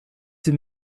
sie